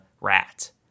rat